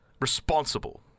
responsible